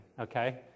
Okay